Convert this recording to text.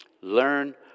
Learn